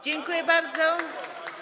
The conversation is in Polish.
Dziękuję bardzo.